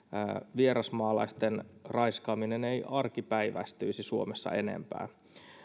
vierasmaalaisten raiskaaminen ei arkipäiväistyisi suomessa enempää